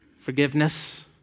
forgiveness